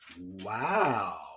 Wow